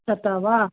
तथा वा